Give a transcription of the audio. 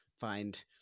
find